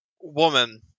woman